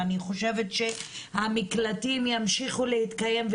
ואני חושבת שהמקלטים ימשיכו להתקיים,